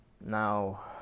Now